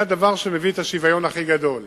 זה הדבר שמביא את השוויון הכי גדול,